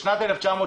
בשנת 1970